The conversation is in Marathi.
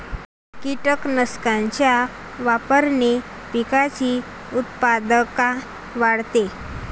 कीटकनाशकांच्या वापराने पिकाची उत्पादकता वाढते